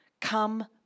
come